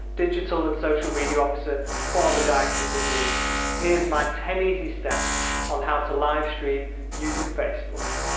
digital and social media officer for the diocese of leeds heres my ten easy steps on how to live stream using facebook.